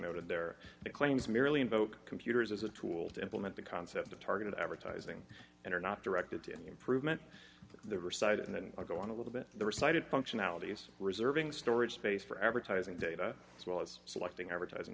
noted their claims merely invoke computers as a tool to implement the concept of targeted advertising and are not directed to any improvement of the or side and then i go on a little bit the recited functionalities reserving storage space for advertising data as well as selecting advertising